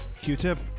Q-Tip